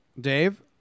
Dave